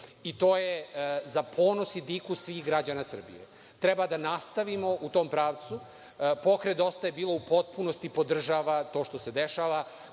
i to je za ponos i diku svih građana Srbije. Treba da nastavimo u tom pravcu. Pokret Dosta je bilo u potpunosti podržava to što se dešava,